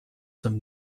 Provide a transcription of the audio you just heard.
some